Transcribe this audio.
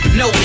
no